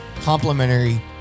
complementary